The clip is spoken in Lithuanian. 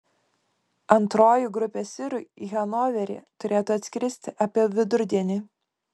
antroji grupė sirų į hanoverį turėtų atskristi apie vidurdienį